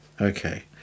Okay